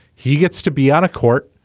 he gets to be on a court.